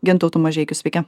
gintautu mažeikiu sveiki